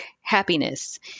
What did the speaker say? happiness